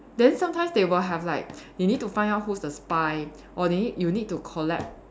then sometimes they will have like they need to find out who's the spy or they need you need to collab